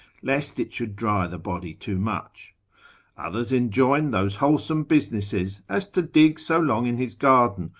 lest it should dry the body too much others enjoin those wholesome businesses, as to dig so long in his garden,